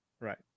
right